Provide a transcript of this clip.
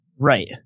Right